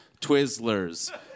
Twizzlers